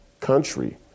country